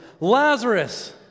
Lazarus